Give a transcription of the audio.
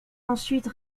ensuite